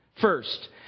first